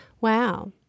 Wow